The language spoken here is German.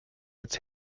als